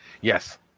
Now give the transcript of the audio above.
Yes